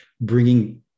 bringing